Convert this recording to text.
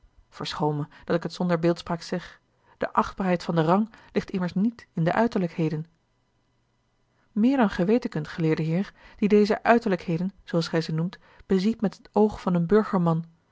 verschoon me dat ik het zonder beeldspraak zeg de achtbaarheid van den rang ligt immers niet in die uiterlijkheden meer dan gij weten kunt geleerde heer die deze uiterlijkheden zooals gij ze noemt beziet met het oog van een burgerman